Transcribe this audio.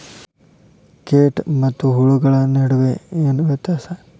ಕೇಟ ಮತ್ತು ಹುಳುಗಳ ನಡುವೆ ಏನ್ ವ್ಯತ್ಯಾಸ?